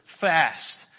fast